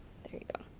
there you go.